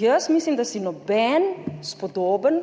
Jaz mislim, da si noben spodoben